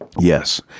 Yes